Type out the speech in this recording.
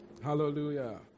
Hallelujah